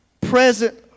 present